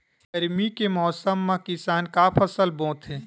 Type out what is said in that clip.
गरमी के मौसम मा किसान का फसल बोथे?